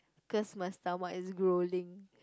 cause my stomach is growling